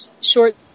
short